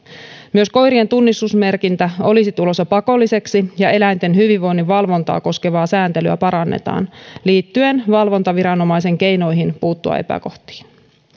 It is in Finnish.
myös koirien tunnistusmerkintä olisi tulossa pakolliseksi ja eläinten hyvinvoinnin valvontaa koskevaa sääntelyä parannetaan liittyen valvontaviranomaisen keinoihin puuttua epäkohtiin